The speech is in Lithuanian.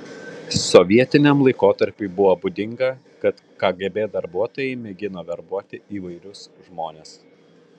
sovietiniam laikotarpiui buvo būdinga kad kgb darbuotojai mėgino verbuoti įvairius žmones